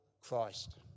Christ